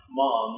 mom